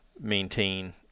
maintain